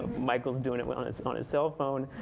michael's doing it on his on his cell phone.